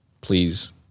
please